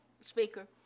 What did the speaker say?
speaker